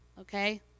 Okay